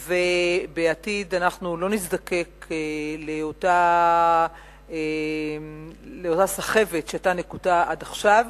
ובעתיד אנחנו לא נזדקק לאותה סחבת שהיתה נקוטה עד עכשיו.